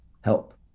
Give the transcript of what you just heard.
Help